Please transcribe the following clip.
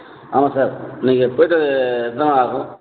ஆமாம் சார் நீங்கள் ஆகும் போய்ட்டு